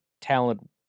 talent